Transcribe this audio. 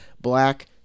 Black